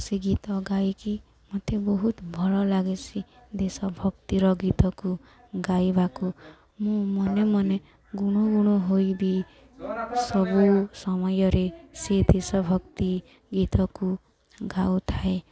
ସେ ଗୀତ ଗାଇକି ମତେ ବହୁତ ଭଲ ଲାଗେ ସେ ଦେଶ ଭକ୍ତିର ଗୀତକୁ ଗାଇବାକୁ ମୁଁ ମନେ ମନେ ଗୁଣୁ ଗୁଣୁ ହୋଇବି ସବୁ ସମୟରେ ସେ ଦେଶ ଭକ୍ତି ଗୀତକୁ ଗାଉଥାଏ